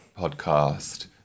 podcast